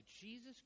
Jesus